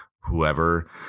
whoever